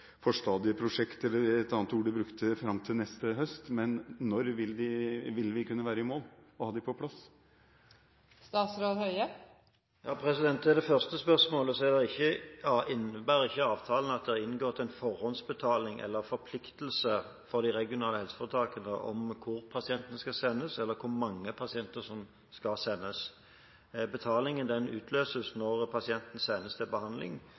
et forstadieprosjekt fram til neste høst, men når vil vi kunne være i mål og ha disse sentrene på plass? Når det gjelder det første spørsmålet, innebærer ikke avtalen at det er inngått en forhåndsbetaling eller forpliktelse for de regionale helseforetakene om hvor pasientene skal sendes, eller hvor mange pasienter som skal sendes. Betalingen utløses når pasienten sendes til behandling,